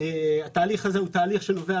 התהליך הזה הוא תהליך שנובע